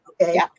okay